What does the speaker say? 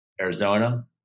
Arizona